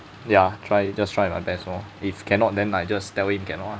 ya try just try my best lor if cannot then I just tell it cannot lah